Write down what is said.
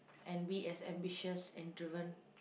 and be as ambitious and driven